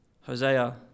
Hosea